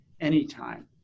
anytime